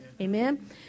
Amen